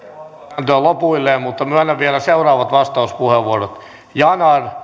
kääntyä lopuilleen mutta myönnän vielä seuraavat vastauspuheenvuorot yanar